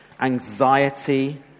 anxiety